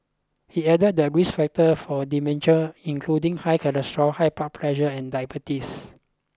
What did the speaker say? he added that risk factor for dementia including high cholesterol high blood pressure and diabetes